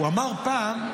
הוא אמר פעם,